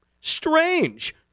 Strange